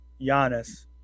Giannis